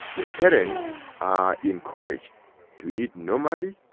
the parents are encouraged to eat normally,